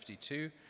52